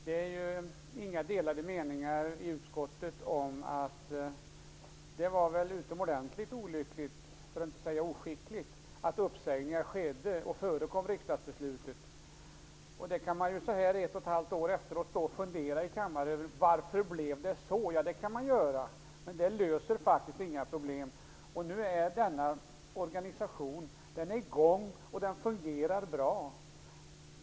Det råder ju i utskottet inga delade meningar om att det var utomordentligt olyckligt, för att inte säga oskickligt, att uppsägningar skedde och förekom riksdagsbeslutet. Sedan kan man ett och ett halvt år efteråt stå och fundera i kammaren över varför det blev så. Men det löser faktiskt inga problem. Nu är denna organisation i gång och fungerar bra.